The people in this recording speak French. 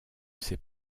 ses